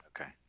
okay